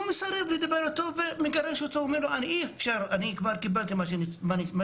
ולכן הוא מסרב לדבר אתו ומגרש אותו כי הוא קיבל עובדים.